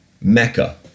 Mecca